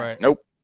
Nope